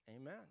Amen